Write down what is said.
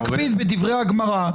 הם מקודשים לכולנו בערכי מגילת העצמאות,